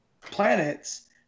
planets